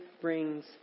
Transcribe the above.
brings